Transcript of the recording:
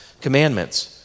commandments